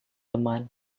teman